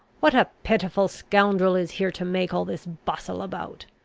what a pitiful scoundrel is here to make all this bustle about!